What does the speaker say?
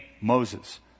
Moses